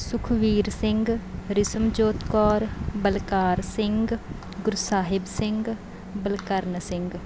Sukhbir Singh Rismjot Kaur Balkar Singh Gursahib Singh Balkaran Singh